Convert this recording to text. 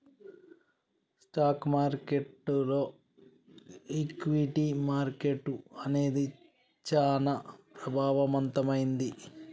stock మార్కెట్టులో equity market అనేది చానా ప్రభావవంతమైంది